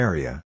Area